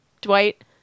Dwight